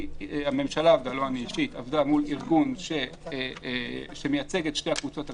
הממשלה עבדה מול ארגון שמייצג את שתי הקבוצות הגדולות,